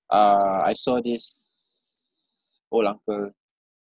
uh I saw this old uncle